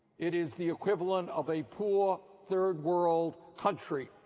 it is the equivalent of a poor third-world country.